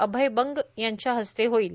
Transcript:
अभय बंग यांच्या हस्ते होईल